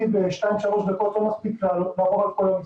בשתיים-שלוש דקות אי אפשר לעבור על כולם.